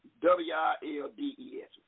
W-I-L-D-E-S